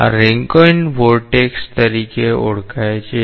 આ Rankine vortex તરીકે ઓળખાય છે